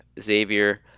Xavier